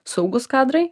saugūs kadrai